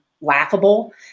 laughable